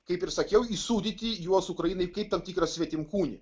kaip ir sakiau įsūdyti juos ukrainai kaip tam tikrą svetimkūnį